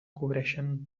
cobreixen